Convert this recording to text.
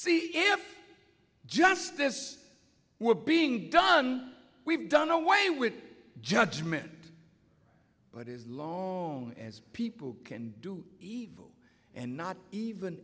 if justice were being done we've done away with judgement but as long as people can do evil and not even